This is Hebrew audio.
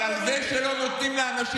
על זה אני מדבר.